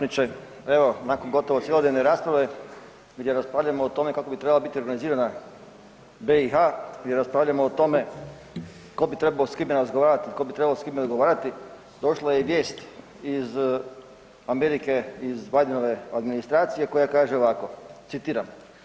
Zastupniče, evo nakon gotovo cjelodnevne rasprave gdje raspravljamo o tome kako bi trebala biti organizirana BiH i raspravljamo o tome tko bi trebao s kime razgovarati, tko bi trebao s kime dogovarati došla je i vijest iz Amerike iz Bidenove administracije koja kaže ovako, citiram.